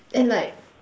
and like